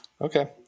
Okay